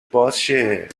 بازشه